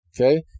Okay